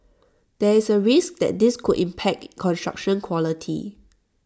there is A risk that this could impact construction quality